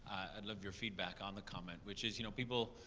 i'd love your feedback on the comment, which is, you know, people,